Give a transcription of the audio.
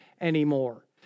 anymore